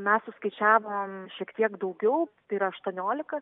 mes suskaičiavom šiek tiek daugiau tai yra aštuoniolika